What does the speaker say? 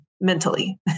mentally